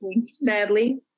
Sadly